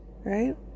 Right